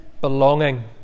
belonging